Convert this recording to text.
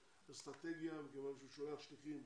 לאסטרטגיה מכיוון שהוא שולח שליחים